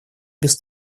без